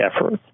efforts